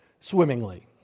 swimmingly